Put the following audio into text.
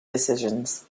decisions